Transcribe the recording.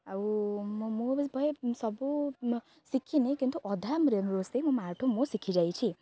ଆଉ ମୁଁ ମୁଁ ବି ଭାଇ ସବୁ ଶିଖିନି କିନ୍ତୁ ଅଧା ରୋଷେଇ ମୋ ମାଆଠୁ ମୁଁ ଶିଖିଯାଇଛି